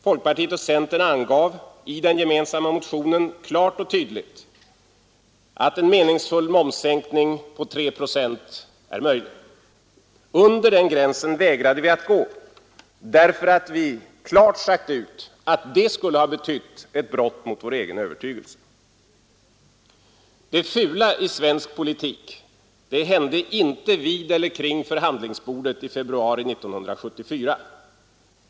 Folkpartiet och centern angav i den gemensamma motionen klart och tydligt att en meningsfull momssänkning till 3 procent är möjlig. Under den gränsen vägrade vi att gå, därför att vi klart sagt ut att det skulle ha betytt ett brott mot vår egen övertygelse. Det fula i svensk politik hände inte vid eller kring förhandlingsbordet i februari 1974.